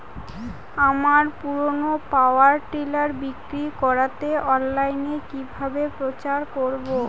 আমার পুরনো power tiller বিক্রি করাতে অনলাইনে কিভাবে প্রচার করব?